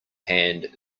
hand